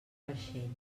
vaixell